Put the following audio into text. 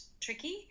tricky